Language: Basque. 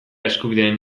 eskubideen